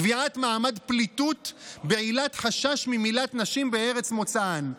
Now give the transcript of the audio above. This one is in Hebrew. קביעת מעמד פליטות בעילת חשש ממילת נשים בארץ מוצאן.